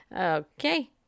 okay